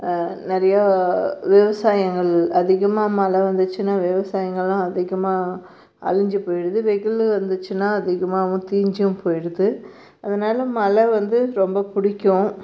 நிறையா விவசாயங்கள் அதிகமாக மழை வந்துச்சுன்னா விவசாயங்களும் அதிகமாக அழிஞ்சி போயிடுது வெயிலு வந்துச்சுன்னா அதிகமாக முத்தீர்ஞ்சும் போயிடுது அதனால் மலை வந்து ரொம்ப பிடிக்கும்